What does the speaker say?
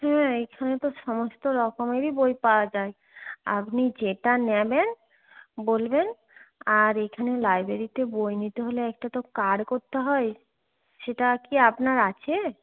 হ্যাঁ এখানে তো সমস্ত রকমেরই বই পাওয়া যায় আপনি যেটা নেবেন বলবেন আর এখানে লাইব্রেরিতে বই নিতে হলে একটা তো কার্ড করতে হয় সেটা কি আপনার আছে